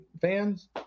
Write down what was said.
fans